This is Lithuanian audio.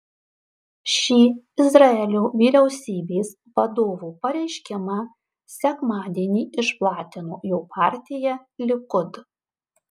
šį izraelio vyriausybės vadovo pareiškimą sekmadienį išplatino jo partija likud